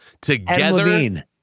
together